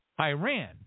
Iran